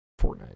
Fortnite